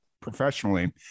professionally